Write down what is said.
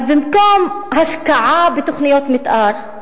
אז במקום השקעה בתוכניות מיתאר,